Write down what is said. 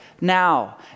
now